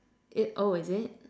it oh is it